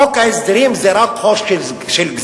חוק ההסדרים זה רק חוק של גזירות?